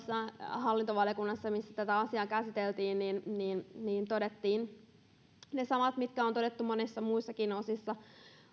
hallintovaliokunnassa missä tätä asiaa käsiteltiin todettiin se sama mikä on todettu monissa muissakin osissa